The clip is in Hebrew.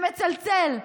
מצלצל.